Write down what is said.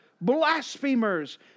blasphemers